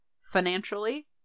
financially